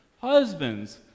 Husbands